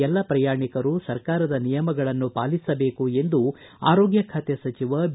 ಎಲ್ಲಾ ಪ್ರಯಾಣಿಕರೂ ಸರಕಾರದ ನಿಯಮಗಳನ್ನು ಪಾಲಿಸಬೇಕು ಎಂದು ಆರೋಗ್ಯ ಖಾತೆ ಸಚಿವ ಬಿ